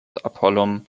apollon